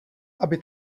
aby